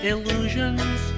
Illusions